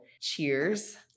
cheers